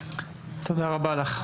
תודה רבה לך.